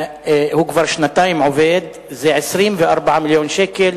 הוא עובד כבר שנתיים, זה 24 מיליון שקלים.